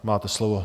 Máte slovo.